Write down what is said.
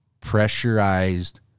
pressurized